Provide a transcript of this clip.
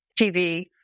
TV